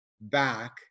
back